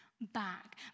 back